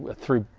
ah through,